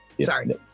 Sorry